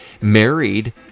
married